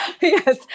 Yes